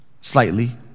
slightly